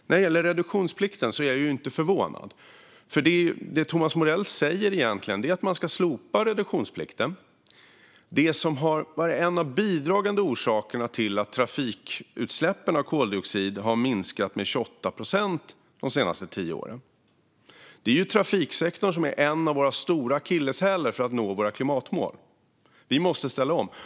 När det gäller reduktionsplikten är jag inte förvånad, för vad Thomas Morell säger egentligen är att man ska slopa reduktionsplikten som har bidragit till att trafikutsläppen av koldioxid har minskat med 28 procent de senaste tio åren. Det är trafiksektorn som är en av våra stora akilleshälar för att nå våra klimatmål. Vi måste ställa om.